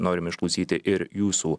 norim išklausyti ir jūsų